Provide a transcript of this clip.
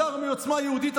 השר מעוצמה יהודית,